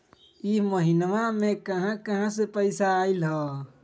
इह महिनमा मे कहा कहा से पैसा आईल ह?